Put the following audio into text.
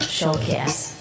Showcase